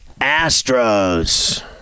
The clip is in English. Astros